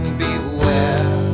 beware